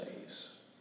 days